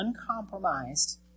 uncompromised